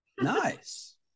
nice